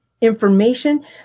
information